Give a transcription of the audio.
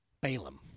Balaam